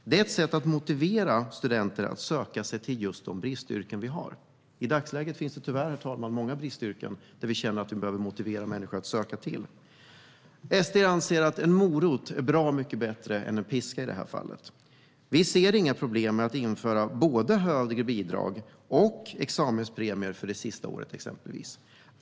Det är sätt att motivera studenter att söka sig till dagens bristyrken. I dagsläget finns det tyvärr många bristyrken som vi behöver motivera människor att söka till. SD anser att en morot är mycket bättre än en piska i detta fall. Vi ser inget problem med att införa både högre bidrag och examenspremier för det sista året.